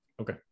Okay